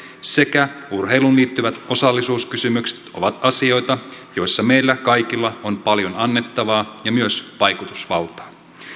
sekä urheiluun liittyvät osallisuuskysymykset ovat asioita joissa meillä kaikilla on paljon annettavaa ja myös vaikutusvaltaa